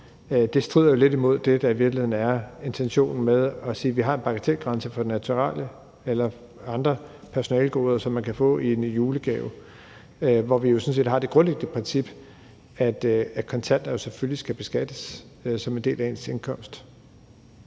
sted, strider lidt imod det, der i virkeligheden er intentionen med at sige, at vi har en bagatelgrænse for naturalier eller andre personalegoder, som man kan få i en julegave, hvor vi jo sådan set har det grundlæggende princip, at kontanter selvfølgelig skal beskattes som en del af ens indkomst.